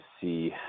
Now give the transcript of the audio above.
see